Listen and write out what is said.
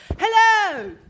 Hello